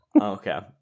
Okay